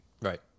Right